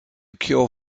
cure